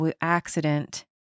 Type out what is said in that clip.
accident